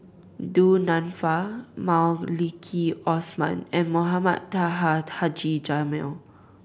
Du Nanfa Maliki Osman and Mohamed Taha Haji Jamil